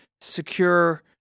secure